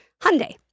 Hyundai